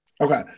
Okay